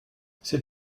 c’est